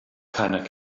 keiner